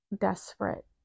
desperate